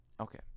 okay